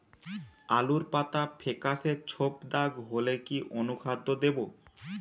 আলুর পাতা ফেকাসে ছোপদাগ হলে কি অনুখাদ্য দেবো?